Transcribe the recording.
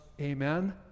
Amen